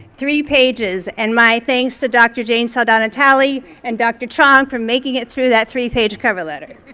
three pages, and my thanks to dr. jane saldana-talley and dr. chong for making it through that three page cover letter.